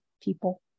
people